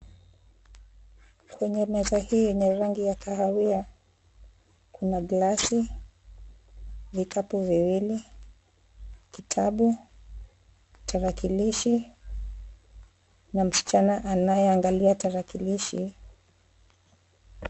Kwenye meza hii yenye rangi ya kahawia kuna glasi, vikapu viwili, kitabu, tarakilishi na msichana anayeangalia tarakilishi.